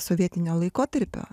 sovietinio laikotarpio